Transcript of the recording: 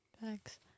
Thanks